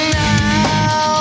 now